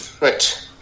Right